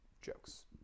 jokes